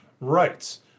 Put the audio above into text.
rights